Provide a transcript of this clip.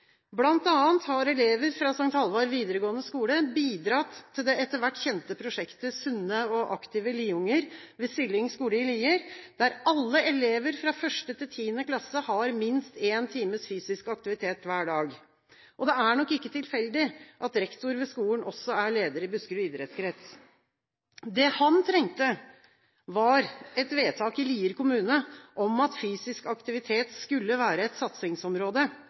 annet har elever fra St. Hallvard videregående skole bidratt til det etter hvert kjente prosjektet «Sunne og aktive liunger» ved Sylling skole i Lier, der alle elever fra første til tiende klasse har minst én time fysisk aktivitet hver dag. Det er nok ikke tilfeldig at rektor ved skolen også er leder i Buskerud Idrettskrets. Det han trengte, var et vedtak i Lier kommune om at fysisk aktivitet skulle være et satsingsområde